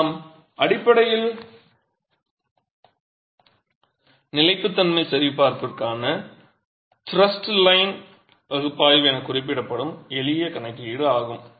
எனவே நாம் அடிப்படையில் செய்வது நிலைப்புத்தன்மை சரிபார்ப்புக்கான த்ரஸ்ட் லைன் பகுப்பாய்வு என குறிப்பிடப்படும் எளிய கணக்கீடு ஆகும்